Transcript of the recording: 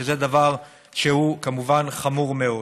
שזה דבר שהוא כמובן חמור מאוד.